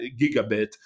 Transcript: gigabit